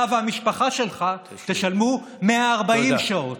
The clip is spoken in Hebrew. אתה והמשפחה שלך תשלמו 140 שעות.